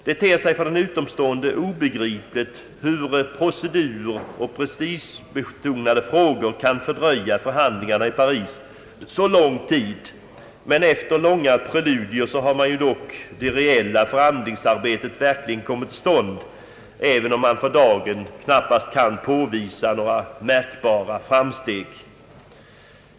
Det ter sig för en utomstående obegripligt att proceduroch prestigebetonade frågor kunnat fördröja förhandlingarna i Paris så lång tid, men efter dessa preludier har ett verkligt förhandlingsarbete dock nu kommit till stånd, även om man för dagen knappast kan påvisa några märkbara framsteg.